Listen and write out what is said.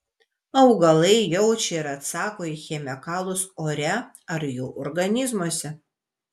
augalai jaučia ir atsako į chemikalus ore ar jų organizmuose